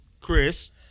Chris